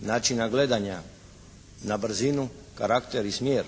načina gledanja na brzinu, karakter i smjer